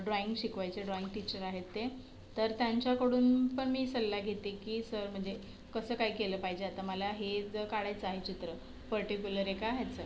drawing शिकवायचे drawing teacher आहेत ते तर त्यांच्याकडून पण मी सल्ला घेते की सर म्हणजे कसं काय केलं पाहिजे आता मला हे जर काढायचं आहे चित्र पर्टिक्युलर एका ह्याचं